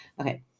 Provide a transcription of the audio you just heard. Okay